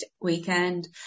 weekend